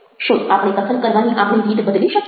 શું આપણે કથન કરવાની આપણી રીત બદલી શકીએ